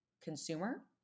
consumer